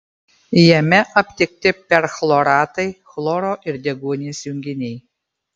jame aptikti perchloratai chloro ir deguonies junginiai